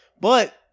But-